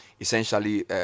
essentially